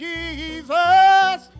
Jesus